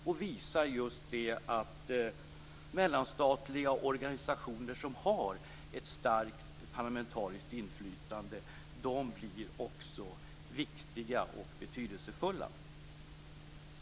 Det visar just att mellanstatliga organisationer som har ett starkt parlamentariskt inflytande också blir viktiga och betydelsefulla.